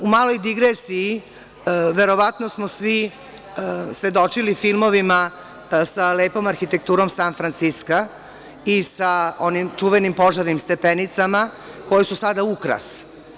U maloj digresiji verovatno smo svi svedočili u filmovima sa lepom arhitekturom San Franciska i sa onim čuvenim požarnim stepenicama koje su sada ukras.